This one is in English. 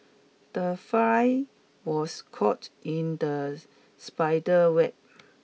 the fly was caught in the spider's web